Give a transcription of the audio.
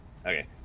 Okay